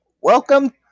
Welcome